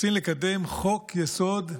רוצים לקדם חוק-יסוד: